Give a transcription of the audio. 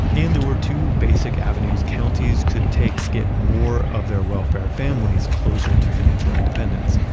and there were two basic avenues counties could take to get more of their welfare families closer to financial independence.